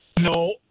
no